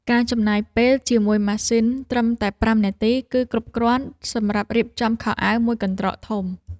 ការចំណាយពេលជាមួយម៉ាស៊ីនត្រឹមតែប្រាំនាទី គឺគ្រប់គ្រាន់សម្រាប់រៀបចំខោអាវមួយកន្ត្រកធំ។